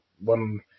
one